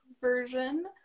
version